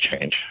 change